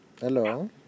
Hello